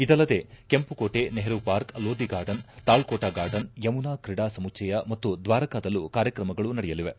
ಇದಲ್ಲದೆ ಕೆಂಪುಕೋಟೆ Nehru Park Lodhi Garden Talkatora Garden Yamuna ಕ್ರೀಡಾ ಸಮುಚ್ವಯ ಮತ್ತು ದ್ವಾರಕದಲ್ಲೂ ಕಾರ್ಯಕ್ರಮಗಳು ನಡೆಯಲಿವೆ